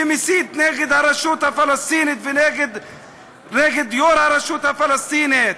שמסית נגד הרשות הפלסטינית ונגד יושב-ראש הרשות הפלסטינית.